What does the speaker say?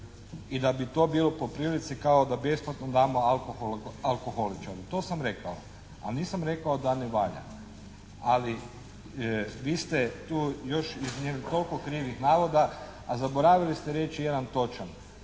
i da bi to bilo po prilici kao da besplatno damo alkohol alkoholičaru, to sam rekao, ali nisam rekao da ne valja. Ali vi ste tu još iznijeli toliko krivih navoda, a zaboravili ste reći jedan točan